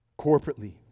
corporately